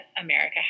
America